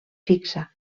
fixa